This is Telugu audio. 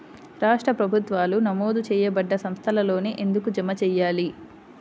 రాష్ట్ర ప్రభుత్వాలు నమోదు చేయబడ్డ సంస్థలలోనే ఎందుకు జమ చెయ్యాలి?